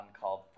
called